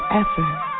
effort